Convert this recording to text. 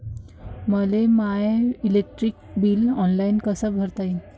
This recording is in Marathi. मले माय इलेक्ट्रिक बिल ऑनलाईन कस भरता येईन?